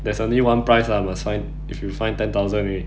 there's only one prize lah must find if you find ten thousand